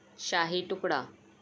shahi tukda